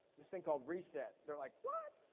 this thing called reset. they're like what?